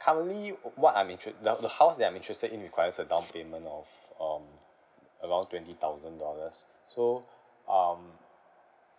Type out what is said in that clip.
currently oo what I'm intre~ the the house that I'm interested in requires a down payment of um around twenty thousand dollars so um